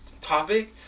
topic